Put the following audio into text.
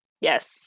Yes